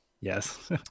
Yes